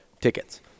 tickets